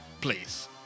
Please